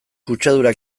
kutsadura